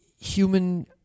human